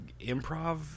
improv